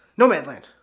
Nomadland